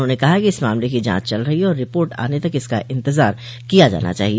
उन्होंने कहा कि इस मामले की जांच चल रही है और रिपोर्ट आने तक इसका इंतजार किया जाना चाहिए